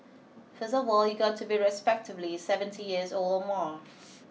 first of all you've got to be respectably seventy years old or more